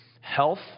health